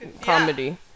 comedy